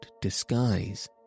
disguise